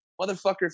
motherfucker